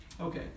Okay